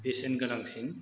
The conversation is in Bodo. बेसेन गोनांसिन